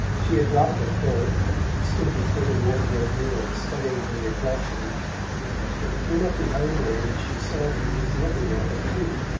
she had dropped her cloak and stood before the wardrobe mirror studying her reflection when he came up behind her and she saw that he was looking at it too.